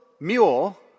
mule